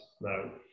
no